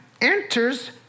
enters